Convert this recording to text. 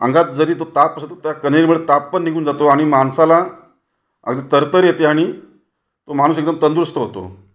अंगात जरी तो ताप असं तर कणेरीमुळं ताप पण निघून जातो आणि माणसाला अज तरतरी येते आणि तो माणूस एकदम तंदुरुस्त होतो